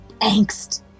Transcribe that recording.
Angst